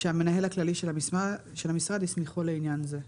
"שהמנהל הכללי של המשרד הסמיכו לעניין זה".